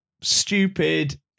stupid